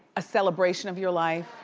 a celebration of your life?